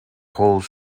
whole